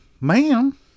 Ma'am